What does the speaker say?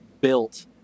Built